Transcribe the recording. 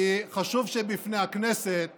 כי חשוב שבפני הכנסת